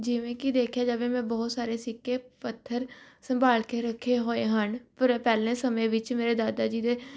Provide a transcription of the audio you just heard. ਜਿਵੇਂ ਕਿ ਦੇਖਿਆ ਜਾਵੇ ਮੈਂ ਬਹੁਤ ਸਾਰੇ ਸਿੱਕੇ ਪੱਥਰ ਸੰਭਾਲ ਕੇ ਰੱਖੇ ਹੋਏ ਹਨ ਪਰ ਪਹਿਲੇ ਸਮੇਂ ਵਿੱਚ ਮੇਰੇ ਦਾਦਾ ਜੀ ਦੇ